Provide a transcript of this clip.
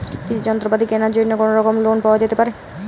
কৃষিযন্ত্রপাতি কেনার জন্য কোনোরকম লোন পাওয়া যেতে পারে?